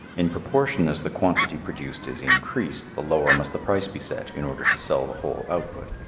in proportion as the quantity produced is increased the lower must the price be set in order to sell the whole output.